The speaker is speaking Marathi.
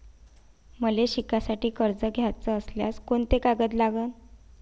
मले शिकासाठी कर्ज घ्याचं असल्यास कोंते कागद लागन?